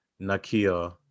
Nakia